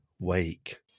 Wake